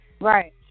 Right